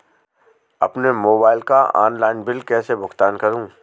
अपने मोबाइल का online bill कैसे भुगतान करूं?